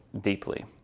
deeply